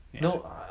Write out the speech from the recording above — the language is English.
No